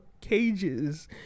cages